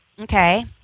Okay